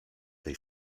tej